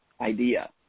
idea